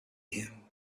him